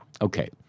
Okay